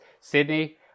Sydney